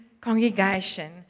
congregation